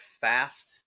fast